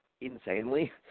insanely